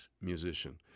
musician